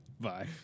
Bye